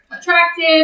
attractive